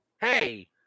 Hey